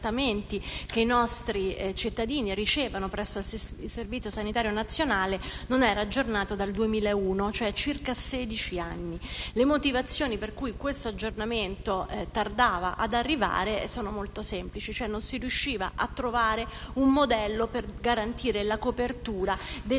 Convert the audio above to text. che i nostri cittadini ricevono presso il Servizio sanitario nazionale, non avveniva dal 2001, ossia da circa sedici anni. Le motivazioni per cui questo aggiornamento tardava ad arrivare sono molto semplici, in quanto non si riusciva a trovare un modello per garantire la copertura delle